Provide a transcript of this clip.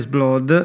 Blood